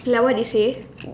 like what they say